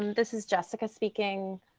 um this is jessica speaking.